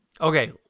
Okay